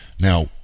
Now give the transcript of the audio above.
now